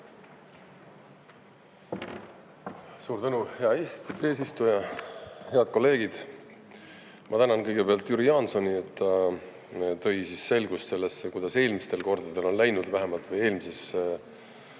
Suur tänu, hea eesistuja! Head kolleegid! Ma tänan kõigepealt Jüri Jaansoni, et ta tõi selgust sellesse, kuidas eelmistel kordadel on läinud, vähemalt eelmises